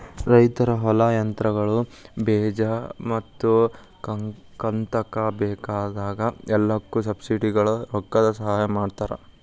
ರೈತರ ಹೊಲಾ, ಯಂತ್ರಗಳು, ಬೇಜಾ ಮತ್ತ ಕಂತಕ್ಕ ಬೇಕಾಗ ಎಲ್ಲಾಕು ಸಬ್ಸಿಡಿವಳಗ ರೊಕ್ಕದ ಸಹಾಯ ಮಾಡತಾರ